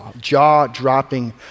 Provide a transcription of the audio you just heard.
jaw-dropping